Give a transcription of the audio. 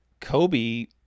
Kobe